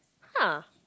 !huh!